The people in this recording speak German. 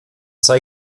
sei